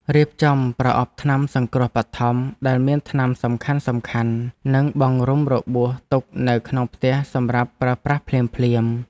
រៀបចំប្រអប់ថ្នាំសង្គ្រោះបឋមដែលមានថ្នាំសំខាន់ៗនិងបង់រុំរបួសទុកនៅក្នុងផ្ទះសម្រាប់ប្រើប្រាស់ភ្លាមៗ។